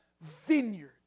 vineyard